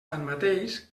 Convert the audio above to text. tanmateix